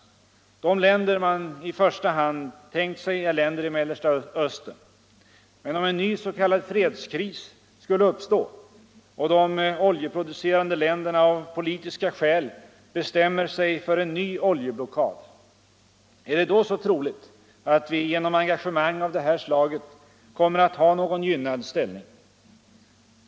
De länder man i första hand tänkt sig är länder i Mellersta Östern. Men om en ny s.k. fredskris skulle uppstå och de oljeproducerande länderna av politiska skäl bestämmer sig för en ny oljeblockad, är det då så troligt att vi genom engagemang av det här slaget kommer att ha någon gynnad ställning?